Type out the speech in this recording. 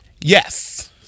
Yes